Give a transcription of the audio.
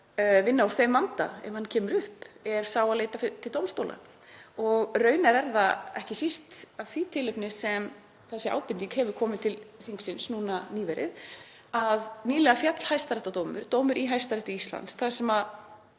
vinna úr þeim vanda ef hann kemur upp, er sá að leita til dómstóla. Raunar er það ekki síst af því tilefni sem þessi ábending kom til þingsins núna nýverið að nýlega féll hæstaréttardómur, dómur í Hæstarétti Íslands, þar sem má